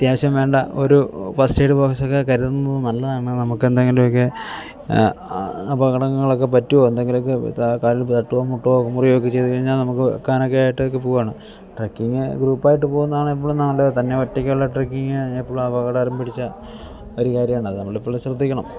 അത്യാവശ്യം വേണ്ട ഒരു ഫസ്റ്റ് എയ്ഡ് ബോക്സൊക്കെ കരുതുന്നത് നല്ലതാണ് നമുക്കെന്തെങ്കിലുമൊക്കെ അപകടങ്ങളൊക്കെ പറ്റുമോ എന്തെങ്കിലുമൊക്കെ കാലും തട്ടുകയോ മുട്ടുകയോ മുറിയുകയൊക്കെ ചെയ്തു കഴിഞ്ഞാൽ നമുക്ക് വെക്കാനൊക്കെ ആയിട്ട് ഒക്കെ പോവുകയാണ് ട്രക്കിങ്ങ് ഗ്രൂപ്പായിട്ട് പോകുന്നതാണ് ഇപ്പോഴും നല്ലതുതന്നെ ഒറ്റയ്ക്കുള്ള ട്രക്കിങ്ങ് എപ്പോഴും അപകടം പിടിച്ച ഒരു കാര്യമാണ് അത് നമ്മളിപ്പോഴും ശ്രദ്ധിക്കണം